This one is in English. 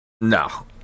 No